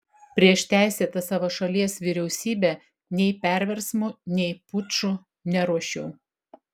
prieš teisėtą savo šalies vyriausybę nei perversmų nei pučų neruošiau